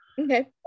Okay